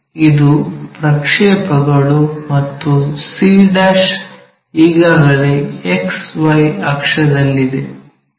ಇದು ಪ್ರಕ್ಷೇಪಗಳು ಮತ್ತು c ಈಗಾಗಲೇ XY ಅಕ್ಷದಲ್ಲಿದೆ